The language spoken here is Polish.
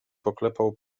poklepał